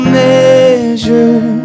measure